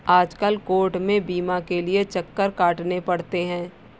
आजकल कोर्ट में बीमा के लिये चक्कर काटने पड़ते हैं